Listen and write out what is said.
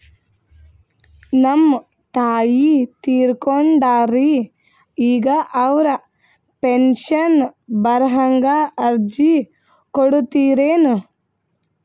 ನಮ್ ತಾಯಿ ತೀರಕೊಂಡಾರ್ರಿ ಈಗ ಅವ್ರ ಪೆಂಶನ್ ಬರಹಂಗ ಅರ್ಜಿ ಕೊಡತೀರೆನು?